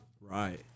Right